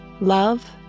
Love